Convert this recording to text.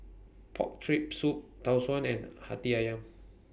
Pork Rib Soup Tau Suan and Hati Ayam